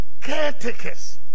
Caretakers